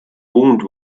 wound